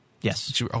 Yes